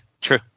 true